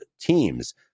teams